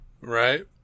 Right